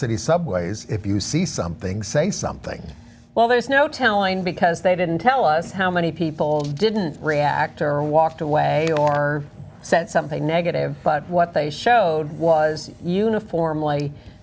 city subways if you see something say something well there's no telling because they didn't tell us how many people didn't react or walked away or sent something negative but what they showed was uniformly